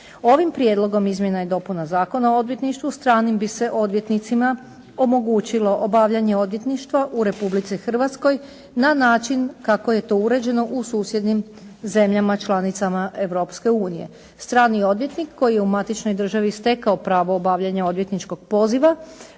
Ovim Prijedlogom izmjena i dopuna Zakona o odvjetništvu stranim bi se odvjetnicima omogućilo obavljanje odvjetništva u Republici Hrvatskoj na način kako je to uređeno u susjednim zemljama članicama Europske unije. Strani odvjetnik koji je u matičnoj državi stekao pravo obavljanja odvjetničkog poziva